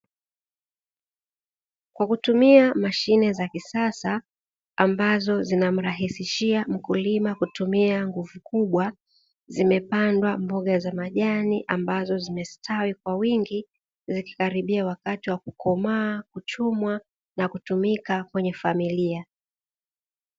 Kwa kutumia mashine za kisasa ambazo zinamrahisishia mkulima kutumia nguvu kubwa, zimepandwa mboga za majani ambazo zimestawi kwa wingi zikikaribia wakati wa kukomaa, kuchumwa na kutumika kwenye familia.